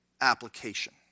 application